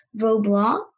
Roblox